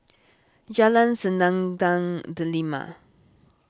Jalan Selendang Delima